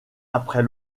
après